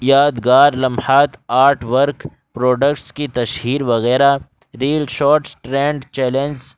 یادگار لمحات art work products کی تشہیر وغیرہ ریل شارٹز ٹرینڈ چیلنجز